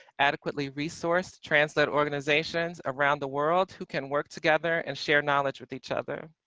adequately resourced trans-led organisations around the world, who can work together and share knowledge with each other.